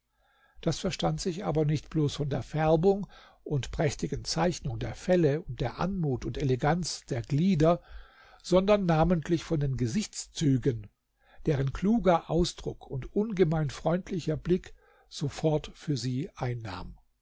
das verstand sich aber nicht bloß von der färbung und prächtigen zeichnung der felle und der anmut und eleganz der glieder sondern namentlich von den gesichtszügen deren kluger ausdruck und ungemein freundlicher blick sofort für sie einnahm